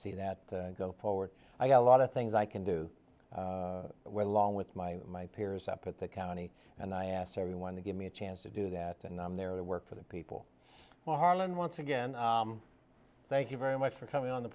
see that go forward i got a lot of things i can do with along with my my peers up at the county and i asked everyone to give me a chance to do that and i'm there to work for the people while harlan once again thank you very much for coming on the